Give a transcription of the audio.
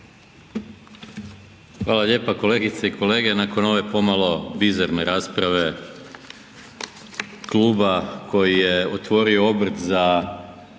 Hvala lijepa kolegice i kolege, nakon ove pomalo bizarne rasprave kluba koji je otvorio obrt za